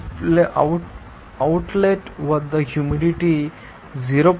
కాబట్టి అవుట్లెట్ వద్ద హ్యూమిడిటీ 0